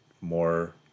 more